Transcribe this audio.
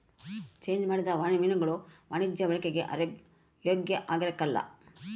change ಮಾಡಿದ ಮೀನುಗುಳು ವಾಣಿಜ್ಯ ಬಳಿಕೆಗೆ ಯೋಗ್ಯ ಆಗಿರಕಲ್ಲ